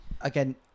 Again